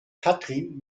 katrin